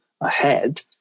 ahead